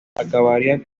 acabaría